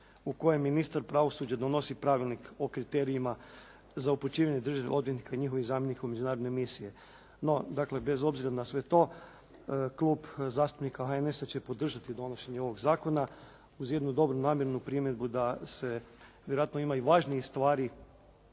u kojem ministar pravosuđa donosi Pravilnik o kriterijima za upućivanje državnih odvjetnika i njihovih zamjenika u međunarodne misije. No, dakle bez obzira na sve to, Klub zastupnika HNS-a će podržati donošenje ovog zakona uz jednu dobronamjernu primjedbu da se vjerojatno ima i važnijih stvari